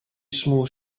small